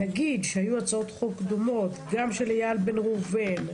נגיד שהיו הצעות חוק דומות גם של איל בן ראובן,